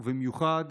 ובמיוחד,